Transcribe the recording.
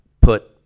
put